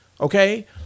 okay